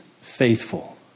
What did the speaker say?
faithful